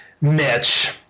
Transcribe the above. Mitch